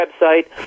website